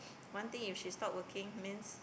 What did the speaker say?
one thing if she stop working means